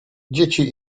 dzieci